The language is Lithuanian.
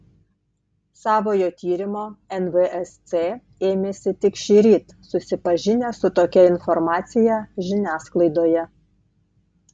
savojo tyrimo nvsc ėmėsi tik šįryt susipažinę su tokia informacija žiniasklaidoje